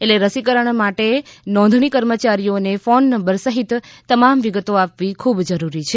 એટલે રસીકરણ માટે નોંધણી કર્મચારીઓને ફોન નબર સહિત તમામ વિગતો આપવી ખૂબ જરૂરી છે